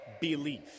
belief